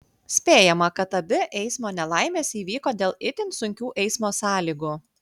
spėjama kad abi eismo nelaimės įvyko dėl itin sunkių eismo sąlygų